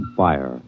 fire